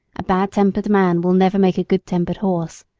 a bad-tempered man will never make a good-tempered horse.